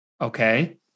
Okay